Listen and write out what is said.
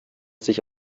sich